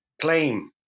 claim